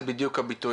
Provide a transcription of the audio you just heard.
שכרם בהפסדם.